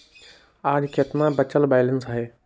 आज केतना बचल बैलेंस हई?